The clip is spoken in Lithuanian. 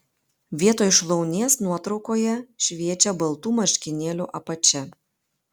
vietoj šlaunies nuotraukoje šviečia baltų marškinėlių apačia